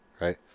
right